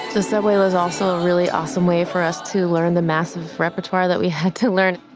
the subway was also a really awesome way for us to learn the massive repertoire that we had to learn.